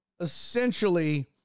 essentially